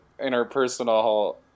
interpersonal